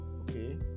okay